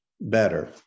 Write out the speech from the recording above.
better